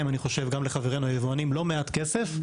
חושב גם לחברינו היבואנים) לא מעט כסף.